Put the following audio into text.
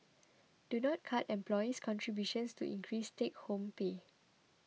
do not cut employee's contributions to increase take home pay